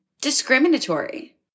discriminatory